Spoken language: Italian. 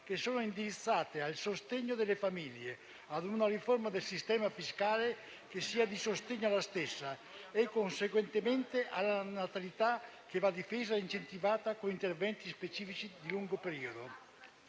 che sono indirizzate al sostegno delle famiglie, ad una riforma del sistema fiscale che sia di sostegno alle stesse e conseguentemente alla natalità, che va difesa e incentivata con interventi specifici di lungo periodo.